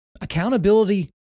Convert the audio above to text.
Accountability